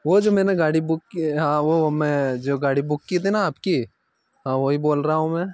वो जो मैंने गाड़ी बुक की हाँ वो मैं जो गाड़ी बुक की थी न आपकी हाँ वही बोल रहा हूँ मैं